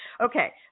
okay